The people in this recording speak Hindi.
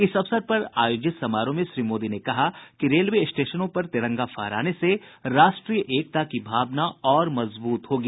इस अवसर पर आयोजित समारोह में श्री मोदी ने कहा कि रेलवे स्टेशनों पर तिरंगा फहराने से राष्ट्रीय एकता की भावना और मजबूत होगी